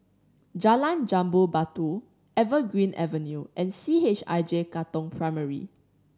Jalan Jambu Batu Evergreen Avenue and C H I J Katong Primary